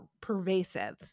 pervasive